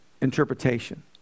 interpretation